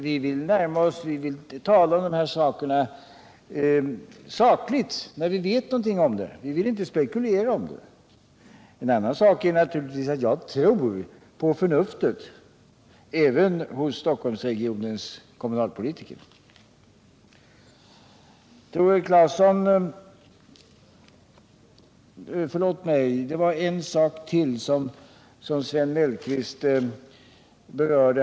Vi vill nämligen tala sakligt om de här tingen, när vi vet någonting om dem, men vi vill inte spekulera i dem. En annan sak är naturligtvis att jag tror på förnuftet, även hos Stockholmskommunens politiker. Det var en sak till som Sven Mellqvist berörde.